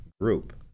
Group